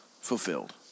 fulfilled